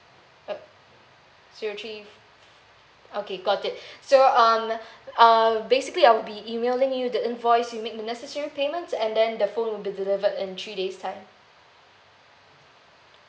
uh zero three okay got it so um uh basically I will be emailing you the invoice you make the necessary payments and then the phone will be delivered in three days time